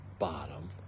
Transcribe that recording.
bottom